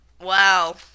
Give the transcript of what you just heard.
Wow